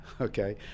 okay